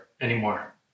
anymore